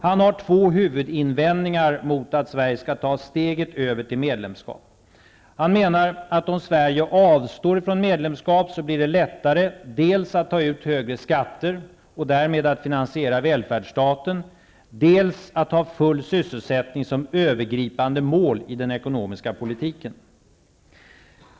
Han har två huvudinvändningar mot att Sverige skall ta steget över till medlemskap. Han menar att om Sverige avstår från medlemskap blir det lättare att dels ta ut högre skatter, och därmed att finansiera välfärdsstaten, dels ha full sysselsättning som övergripande mål i den ekonomiska politiken.